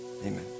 amen